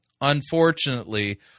Unfortunately